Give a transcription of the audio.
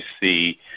see